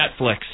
Netflix